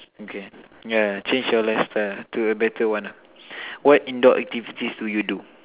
okay yeah change your lifestyle to a better one ah what indoor activities do you do